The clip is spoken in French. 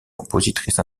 compositrice